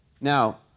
Now